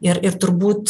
ir ir turbūt